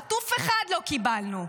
חטוף אחד לא קיבלנו.